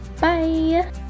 Bye